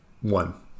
one